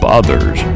others